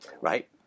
Right